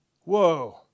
Whoa